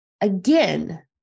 again